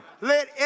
Let